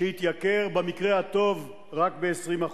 שהתייקר, במקרה הטוב, רק ב-20%.